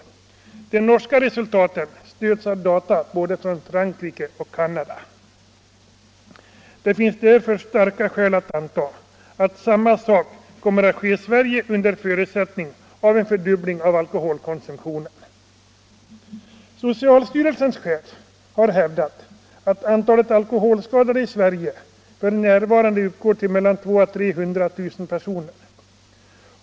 De norska resultaten stöds av data från både Frankrike och Canada. Det finns därför starka skäl att anta att samma sak kommer att ske i Sverige under förutsättning av en fördubbling av alkoholkonsumtionen. Socialstyrelsens chef har hävdat att antalet alkoholskadade i Sverige f.n. uppgår till mellan 200 000 och 300 000 personer.